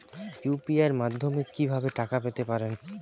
UPI মাধ্যমে কি ভাবে টাকা পেতে পারেন?